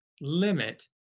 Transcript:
limit